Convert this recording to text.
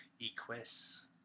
Equus